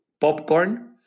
popcorn